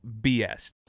bs